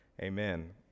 Amen